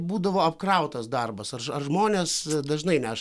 būdavo apkrautas darbas ar ar žmonės dažnai neša